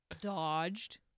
dodged